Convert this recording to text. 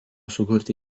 sukurti